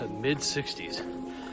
mid-60s